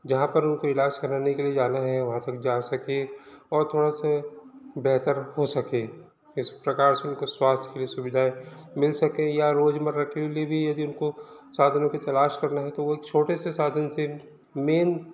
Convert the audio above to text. जहाँ पर उनको इलाज कराने के लिए जाना है वहाँ तक जा सकें और थोड़ा से बेहतर हो सकें इस प्रकार से उनको स्वास्थ्य की भी सुविधाएं मिल सकें या रोज़मर्रा के लिए भी यदि उनको साधनों की तलाश करना है तो वो छोटे से साधन से मेन